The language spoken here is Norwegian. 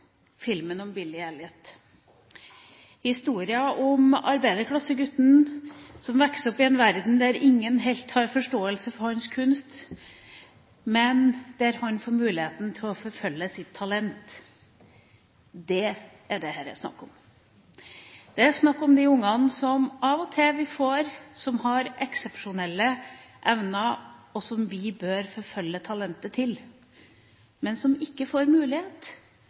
forståelse for hans kunst, men der han får muligheten til å forfølge sitt talent. Det er dette det er snakk om her. Det er snakk om de ungene som vi av og til ser har eksepsjonelle evner, og som vi bør forfølge talentet til, men som ikke får mulighet